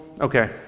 Okay